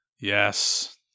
Yes